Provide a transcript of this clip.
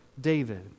David